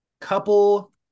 Couple